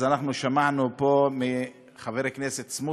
אז אנחנו שמענו פה מחבר הכנסת סמוטריץ,